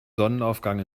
sonnenaufgang